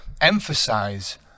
emphasize